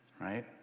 right